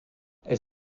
elle